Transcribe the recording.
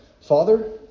Father